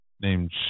named